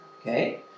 Okay